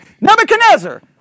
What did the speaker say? Nebuchadnezzar